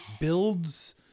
builds